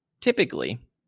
typically